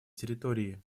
территории